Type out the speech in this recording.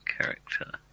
character